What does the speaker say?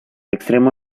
extremo